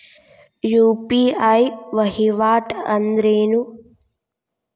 UPI ವಹಿವಾಟ್ ಅಂದ್ರೇನು?